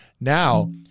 Now